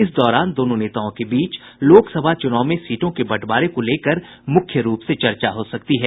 इस दौरान दोनों नेताओं के बीच लोकसभा चुनाव में सीटों के बंटवारे को लेकर मुख्य रूप से चर्चा हो सकती है